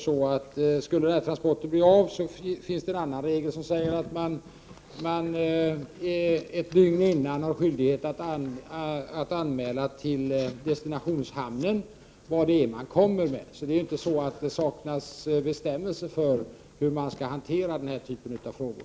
Skulle transporten bli av, finns det en annan regel som säger att man ett dygn i förväg har skyldighet att anmäla till destinationshamnen vad det är man kommer med. Det är alltså inte så att det saknas bestämmelser för hur man skall hantera den här typen av frågor.